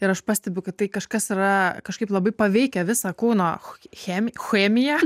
ir aš pastebiu kad tai kažkas yra kažkaip labai paveikia visą kūno chemiją chemiją